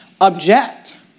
object